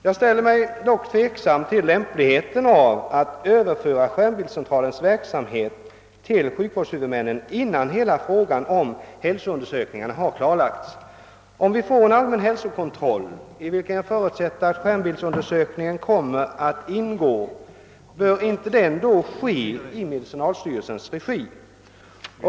Jag är tveksam beträffande lämpligheten av att överföra skärmbildscentralens verksamhet till sjukvårdshuvudmännen, innan hela frågan om hälsoundersökningarna har klarlagts. Om vi får en allmän hälsokontroll, i vilken jag förutsätter att skärmbildsundersökningar kommer att ingå, bör då inte denna ske i medicinalstyrelsens regi?